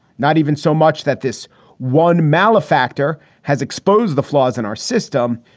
not even so much that this one malefactor has exposed the flaws in our system.